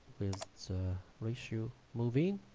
so ratio moving,